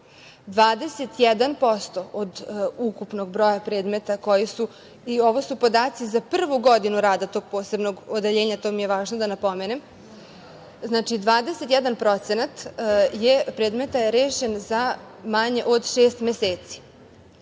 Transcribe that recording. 21% od ukupnog broja predmeta koji su, ovo su podaci za prvu godinu rada tog posebnog odeljenja, to mi je važno da napomenem, znači 21% predmeta je rešen za manje od šest meseci,